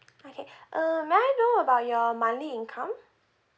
okay uh may I know about your monthly income